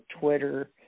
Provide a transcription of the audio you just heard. Twitter